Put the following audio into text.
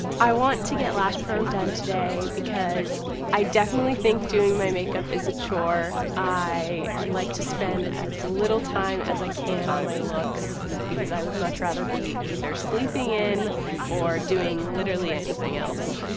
i want to get lash perm done today because i definitely think doing my makeup is a chore. i like to spend as little time as i can on my looks because i would much rather be either sleeping in or doing literally anything else.